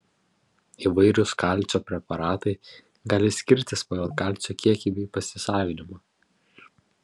įvairūs kalcio preparatai gali skirtis pagal kalcio kiekį bei pasisavinimą